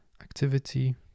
activity